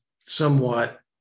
somewhat